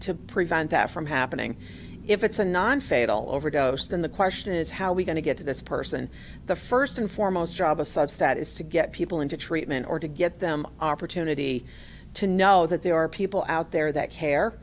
to prevent that from happening if it's a non fatal overdose then the question is how we going to get to this person the first and foremost job a subset is to get people into treatment or to get them opportunity to know that there are people out there that care